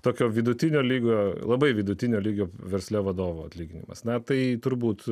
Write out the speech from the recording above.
tokio vidutinio liga labai vidutinio lygio versle vadovų atlyginimas na tai turbūt